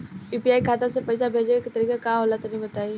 UPI खाता से पइसा भेजे के तरीका का होला तनि बताईं?